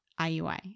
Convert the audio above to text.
IUI